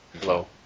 Hello